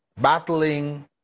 battling